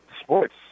sports